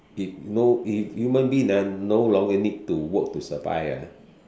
if no if human being ah no longer need to work to survive ah